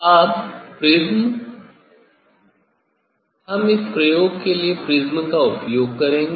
अब प्रिज्म हम इस प्रयोग के लिए प्रिज्म का उपयोग करेंगे